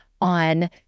on